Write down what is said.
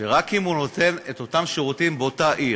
רק אם הוא נותן את אותם שירותים באותה עיר.